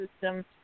system